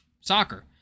soccer